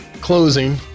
closing